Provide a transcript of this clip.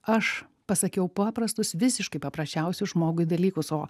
aš pasakiau paprastus visiškai paprasčiausius žmogui dalykus o